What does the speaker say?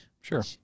Sure